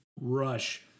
rush